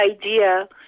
idea